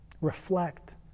reflect